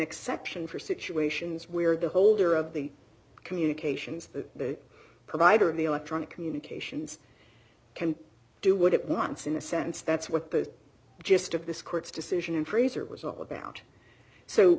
exception for situations where the holder of the communications of the provider of the electronic communications can do what it wants in a sense that's what the gist of this court's decision and fraser was all about so